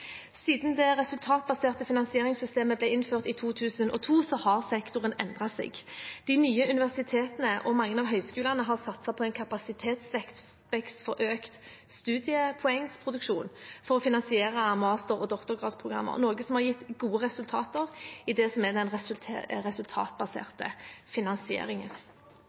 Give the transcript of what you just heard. Siden det resultatbaserte finansieringssystemet ble innført i 2002, har sektoren endret seg. De nye universitetene og mange av høyskolene har satset på en kapasitetsvekst for økt studiepoengproduksjon for å finansiere mastergrads- og doktorgradsprogrammer, noe som har gitt gode resultater i det som er den resultatbaserte finansieringen.